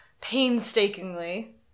painstakingly